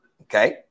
Okay